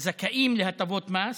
הזכאים להטבות מס,